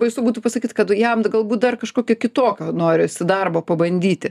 baisu būtų pasakyt kad jam galbūt dar kažkokio kitokio norisi darbo pabandyti